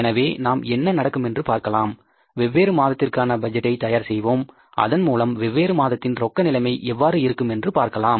எனவே நாம் என்ன நடக்கும் என்று பார்க்கலாம் வெவ்வேறு மாதத்திற்கான பட்ஜெட்டை தயார் செய்வோம் அதன்மூலம் வெவ்வேறு மாதத்தின் ரொக்க நிலைமை எவ்வாறு இருக்கும் என்று பார்க்கலாம்